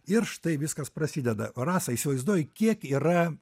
ir štai viskas prasideda rasa įsivaizduoji kiek yra